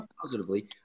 positively